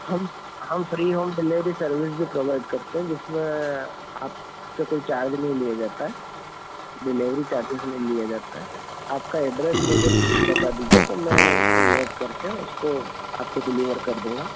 हम हम free home delivery service भी प्रोवाइड करते हैं जिसमें आपसे कोई चार्ज नहीं लिया जाता है डेलेवरी चार्जेज़ नहीं लिया जाता है आपका एड्रेस मुझे बता दीजिए तो मै नोट करके उसको आपको डिलीवर कर दूंगा